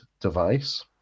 device